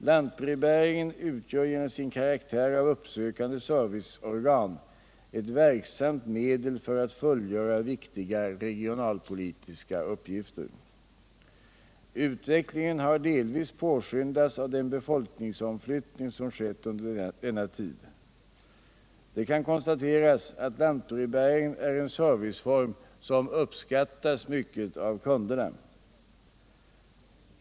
Lantbrevbäringen utgör genom sin karaktär av uppsökande serviceorgan ett verksamt medel för att fullgöra viktiga regionalpolitiska uppgifter. Utvecklingen har delvis påskyndats av den befolkningsomflyttning som skett under denna tid. Det kan konstateras att lantbrevbäringen är en serviceform som uppskattas mycket av kunderna.